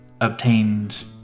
obtained